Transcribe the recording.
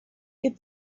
get